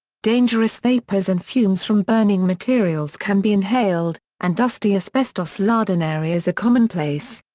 dangerous vapors and fumes from burning materials can be inhaled, and dusty asbestos-laden areas are commonplace.